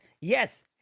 yes